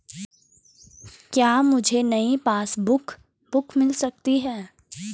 क्या मुझे नयी पासबुक बुक मिल सकती है?